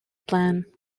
plan